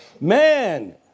Man